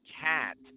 cat